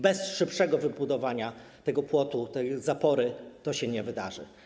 Bez szybszego wybudowania tego płotu, tej zapory, to się nie wydarzy.